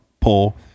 pull